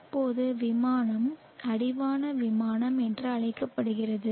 இப்போது இந்த விமானம் அடிவான விமானம் என்று அழைக்கப்படுகிறது